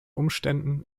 umständen